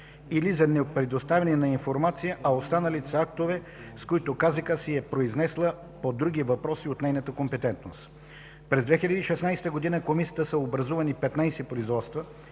или за непредоставяне на информация, а останалите са актовете, с които КЗК се е произнесла по други въпроси от нейната компетентност. През 2016 г. в Комисията са образувани 15 производства,